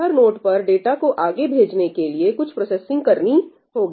हर node पर data को आगे भेजने के लिए कुछ प्रोसेसिंग करनी होगी